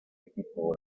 equipo